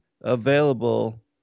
available